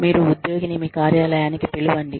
మీరు ఉద్యోగిని మీ కార్యాలయానికి పిలువండి